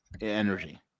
energy